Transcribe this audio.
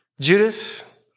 Judas